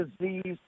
disease